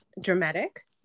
dramatic